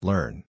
Learn